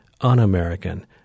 un-American